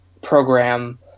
program